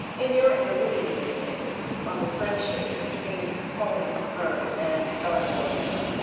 in your illuminating book on the friendship between pauli murray and eleanor roosevelt,